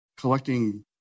collecting